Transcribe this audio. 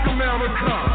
America